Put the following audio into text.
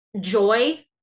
joy